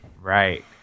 Right